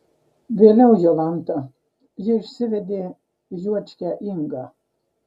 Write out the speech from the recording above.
vėliau jolanta ji išsivedė juočkę ingą